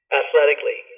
athletically